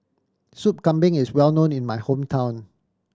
Sup Kambing is well known in my hometown